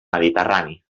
mediterrani